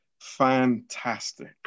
fantastic